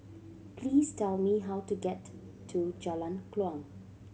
please tell me how to get to Jalan Kuang